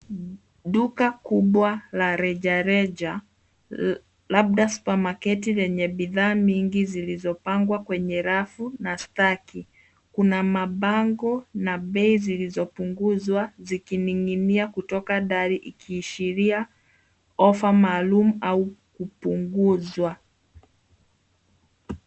Duka kubwa la rejareja labda supermarket lenye bidhaa nyingi zilizopangwa kwenye rafu na staki . Kuna mabango na bei zilizopunguzwa zikining'inia kutoka dari ikiashiria ofa maalumu au kupunguzwa.